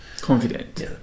Confident